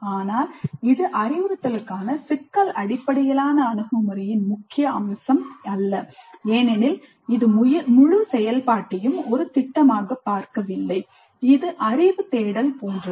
ஆனால் இது அறிவுறுத்தலுக்கான சிக்கல் அடிப்படையிலான அணுகுமுறையின் முக்கிய அம்சம் அல்ல ஏனெனில் இது முழு செயல்பாட்டையும் ஒரு திட்டமாக பார்க்கவில்லை இது அறிவு தேடல் போன்றது